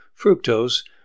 fructose